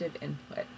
input